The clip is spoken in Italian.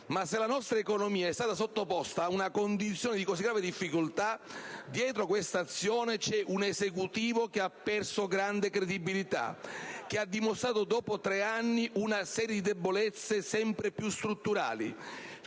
ma se la nostra economia è stata sottoposta ad una condizione di così grave difficoltà, dietro questa azione c'è un Esecutivo che ha perso grande credibilità, che ha dimostrato, dopo tre anni, una serie di debolezze sempre più strutturali,